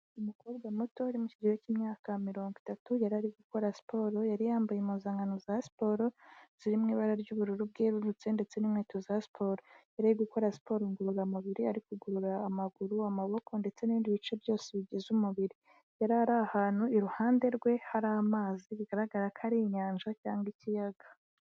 Umukobwa muto uri mu kigero cy'imyaka mirongo itatu, yari ari gukora siporo, yari yambaye impuzankano za siporo ziri mu ibara ry'ubururu bwerurutse ndetse n'inkweto za siporo, yari ari gukora siporo ngororamubiri, ari kugorora amaguru, amaboko ndetse n'ibindi bice byose bigize umubiri, yari ari ahantu iruhande rwe hari amazi, bigaragara ko ari inyanja cyangwa ikiyaga.